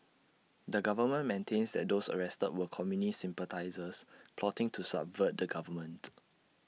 the government maintains that those arrested were communist sympathisers plotting to subvert the government